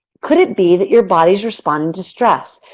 could it be that your body is responding to stress?